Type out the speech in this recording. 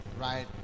right